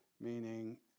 meaning